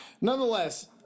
Nonetheless